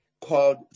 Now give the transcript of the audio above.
called